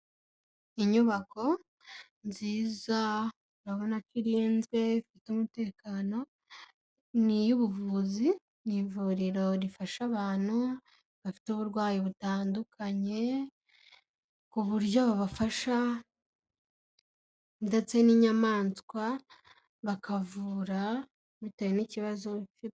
Inyubako nziza urabonako irinzwe ifite umutekano ni iy'ubuvuzi, ni ivuriro rifasha abantu bafite uburwayi butandukanye ku buryo babafasha ndetse n'inyamanswa, bakavura bitewe n'ikibazo.